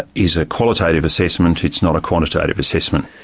is a qualitative assessment, it's not a quantitative assessment.